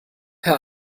herr